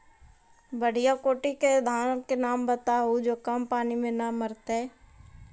बढ़िया कोटि के धान के नाम बताहु जो कम पानी में न मरतइ?